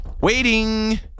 waiting